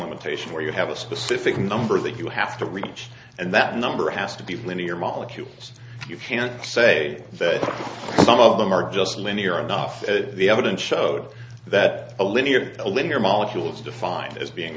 limitation where you have a specific number that you have to reach and that number has to be linear model q you can't say that some of them are just linear enough the evidence showed that a lineage a linear molecule is defined as being